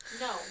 No